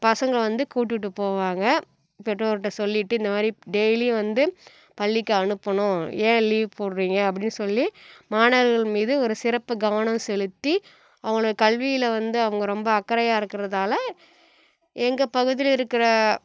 பசங்க வந்து கூட்டுட்டு போவாங்க பெற்றோர்கிட்ட சொல்லிட்டு இந்த மாதிரி டெய்லி வந்து பள்ளிக்கு அனுப்பணும் ஏன் லீவ் போடுறிங்க அப்படின் சொல்லி மாணவர்கள் மீது ஒரு சிறப்பு கவனம் செலுத்தி அவங்கள கல்வியில் வந்து அவங்க ரொம்ப அக்கறையாக இருக்கறதால் எங்கள் பகுதியில் இருக்கிற